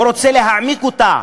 הוא רוצה להעמיק אותה,